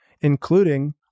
including